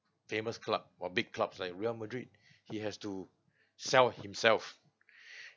famous club or big clubs like real madrid he has to sell himself